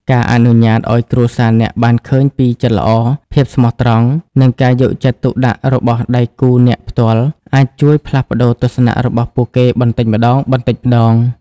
ការអនុញ្ញាតឲ្យគ្រួសារអ្នកបានឃើញពីចិត្តល្អ ភាពស្មោះត្រង់ និងការយកចិត្តទុកដាក់របស់ដៃគូអ្នកផ្ទាល់ អាចជួយផ្លាស់ប្តូរទស្សនៈរបស់ពួកគេបន្តិចម្តងៗ។